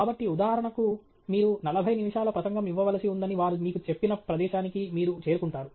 కాబట్టి ఉదాహరణకు మీరు నలభై నిమిషాల ప్రసంగం ఇవ్వవలసి ఉందని వారు మీకు చెప్పిన ప్రదేశానికి మీరు చేరుకుంటారు